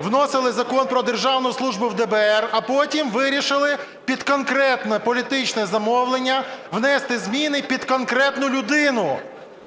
вносили Закон про державну службу в ДБР, а потім вирішили під конкретне політичне замовлення внести зміни під конкретну людину,